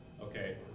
okay